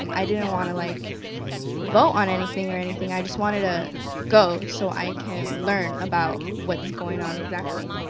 um i didn't want to like vote on anything or anything, i just wanted to go. so i can learn about what's going on exactly.